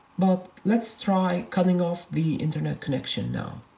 but let's try cutting off the internet connection now.